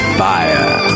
fire